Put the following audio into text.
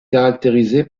caractérisée